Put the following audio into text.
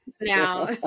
now